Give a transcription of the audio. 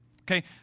Okay